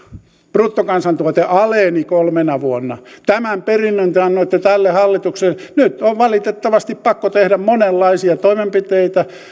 bruttokansantuote aleni kolmena vuonna tämän perinnön te annoitte tälle hallitukselle nyt on valitettavasti pakko tehdä monenlaisia toimenpiteitä